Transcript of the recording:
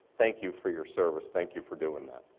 thank you for your service. thank you for doing that.